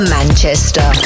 Manchester